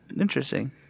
Interesting